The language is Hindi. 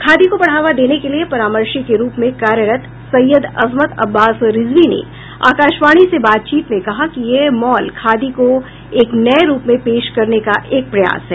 खादी को बढावा देने के लिए परामर्शी के रुप में कार्यरत सैयद अजमत अब्बास रिजवी ने आकाशवाणी से बातचीत में कहा कि यह मॉल खादी को एक नये रुप में पेश करने का एक प्रयास है